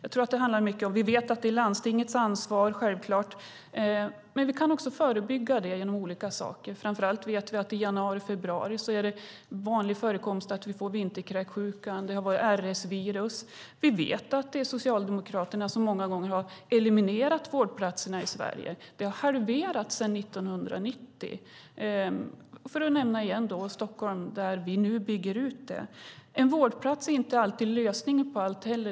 Vi vet att det är landstingets ansvar, självklart, men vi kan också förebygga genom olika saker. Framför allt vet vi att i januari-februari är det vanligt med förekomst av vinterkräksjuka, och det har varit RS-virus. Vi vet att det är Socialdemokraterna som många gånger har eliminerat vårdplatserna i Sverige. I Stockholm, för att nämna det igen, har de har halverats sedan 1990 där vi nu bygger ut. En vårdplats är heller inte alltid lösningen på allting.